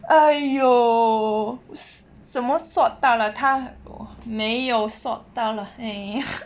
!aiyo! 什么 sot 到 lah 他没有 sot 到 lah !aiya!